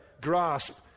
grasp